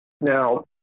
Now